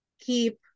keep